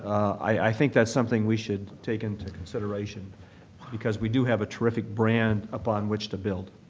i think that's something we should take into consideration because we do have a terrific brand upon which to build.